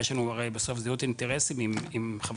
יש לנו הרי בסוף זהות אינטרסים עם חברי